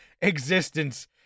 existence